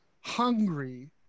hungry